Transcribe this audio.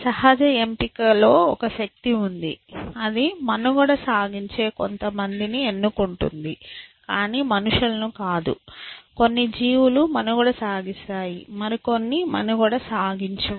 సహజ ఎంపికతో ఒక శక్తి ఉంది అది మనుగడ సాగించే కొంతమందిని ఎన్నుకుంటుంది కానీ మనుషులను కాదు కొన్ని జీవులు మనుగడ సాగిస్తాయి మరి కొన్ని మనుగడ సాగించవు